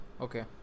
Okay